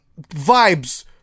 vibes